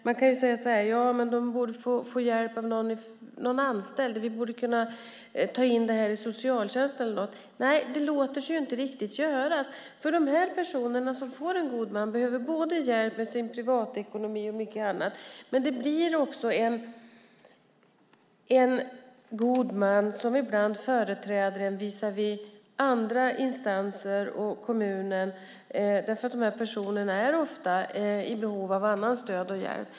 Man kan förstås säga att de borde få hjälp av någon anställd, att vi borde kunna ta in detta i socialtjänsten. Nej, det låter sig inte riktigt göras, för de personer som behöver en god man behöver hjälp både med sin privatekonomi och med mycket annat. Det blir också en god man som ibland företräder dessa personer visavi kommunen och andra instanser eftersom de ofta är i behov av annat stöd och av hjälp.